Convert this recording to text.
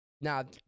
Now